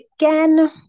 Again